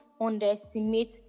underestimate